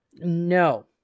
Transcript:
No